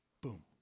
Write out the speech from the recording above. boom